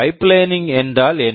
pipelining pipelining என்றால் என்ன